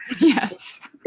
Yes